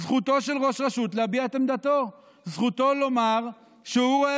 זכותו של ראש רשות להביע את עמדתו,